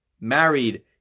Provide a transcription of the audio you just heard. married